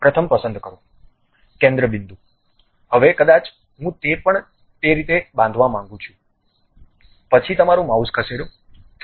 પ્રથમ પસંદ કરો કેન્દ્ર બિંદુ હવે કદાચ હું તે પણ તે રીતે બાંધવા માંગું છું પછી તમારું માઉસ ખસેડો થઈ ગયું